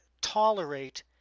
tolerate